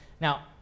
Now